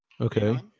Okay